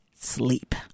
Sleep